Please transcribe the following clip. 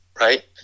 right